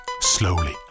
slowly